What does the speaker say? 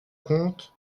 compte